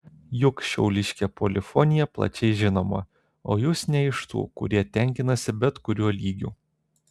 juk šiauliškė polifonija plačiai žinoma o jūs ne iš tų kurie tenkinasi bet kuriuo lygiu